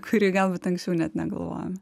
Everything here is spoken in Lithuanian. kurį galbūt anksčiau net negalvojome